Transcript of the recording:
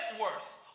worth